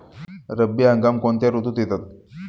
रब्बी हंगाम कोणत्या ऋतूत येतात?